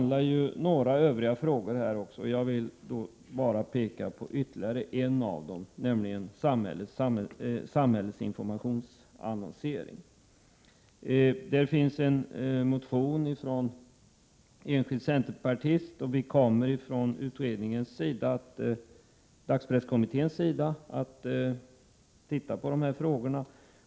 Det är några övriga frågor som behandlas i betänkandet, och jag vill bara peka på ytterligare en av dem, nämligen samhällets informationsannonsering. En enskild centerpartist har väckt en motion i den frågan, och dagspresskommittén kommer också att se på den.